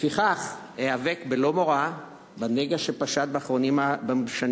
לפיכך איאבק בלא מורא בנגע שפשט בשנים